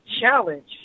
challenge